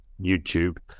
YouTube